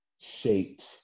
shaped